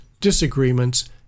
disagreements